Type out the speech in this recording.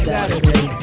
Saturday